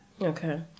Okay